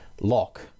lock